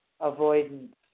Avoidance